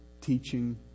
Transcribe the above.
teaching